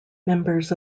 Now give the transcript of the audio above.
members